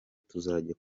tuzajya